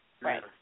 Right